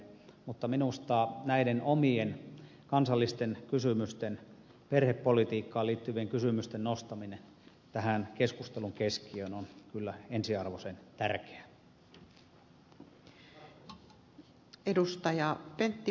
mutta minusta näiden omien kansallisten kysymysten perhepolitiikkaan liittyvien kysymysten nostaminen tähän keskustelun keskiöön on kyllä ensiarvoisen tärkeää